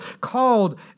called